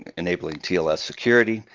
enabling tls security.